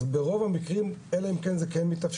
אז ברוב המקרים אלא אם כן זה כן מתאפשר,